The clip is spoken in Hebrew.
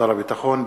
שר הביטחון,